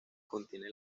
contiene